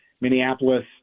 Minneapolis